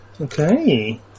Okay